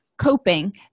coping